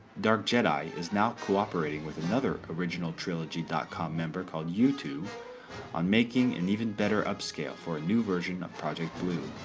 dark jedi is now cooperating with another originaltrilogy dot com member called you too on making an even better upscale for a new version of project blu,